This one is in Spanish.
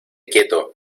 quieto